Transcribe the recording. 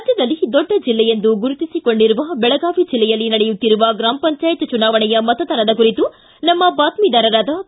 ರಾಜ್ಞದಲ್ಲಿ ದೊಡ್ಡಜಿಲ್ಲೆ ಎಂದು ಗುರುತಿಸಿಕೊಂಡಿರುವ ಬೆಳಗಾವಿ ಜಿಲ್ಲೆಯಲ್ಲಿ ನಡೆಯುತ್ತಿರುವ ಗ್ರಾಮ ಪಂಚಾಯತ್ ಚುನಾವಣೆಯ ಮತದಾನದ ಕುರಿತು ನಮ್ಮ ಬಾತ್ಮಿದಾರರಾದ ಕೆ